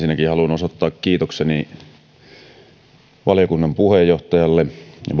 osoittaa kiitokseni valiokunnan puheenjohtajalle ja